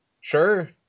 Sure